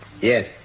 Yes